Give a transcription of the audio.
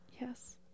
Yes